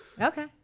Okay